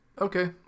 Okay